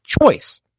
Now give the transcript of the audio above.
choice